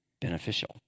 beneficial